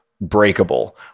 breakable